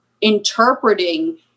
interpreting